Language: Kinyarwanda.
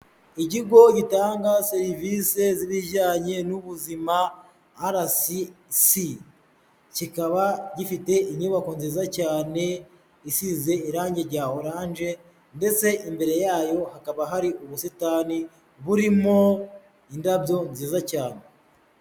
Ikigo gitanga serivise z'ibijyanye n'ubuzima RCC, kikaba gifite inyubako nziza cyane isize irangi rya oranje ndetse imbere yayo hakaba hari ubusitani burimo indabyo nziza cyane.